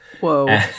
Whoa